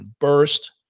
burst